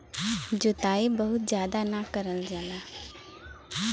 जोताई बहुत जादा ना करल जाला